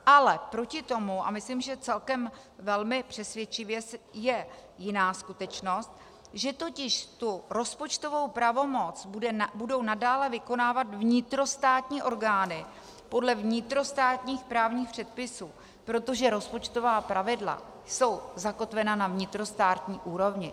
Ale proti tomu, a myslím, že celkem velmi přesvědčivě, je jiná skutečnost, že totiž tu rozpočtovou pravomoc budou nadále vykonávat vnitrostátní orgány podle vnitrostátních právních předpisů, protože rozpočtová pravidla jsou zakotvena na vnitrostátní úrovni.